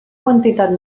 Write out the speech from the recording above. quantitat